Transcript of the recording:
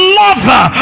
lover